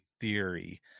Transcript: theory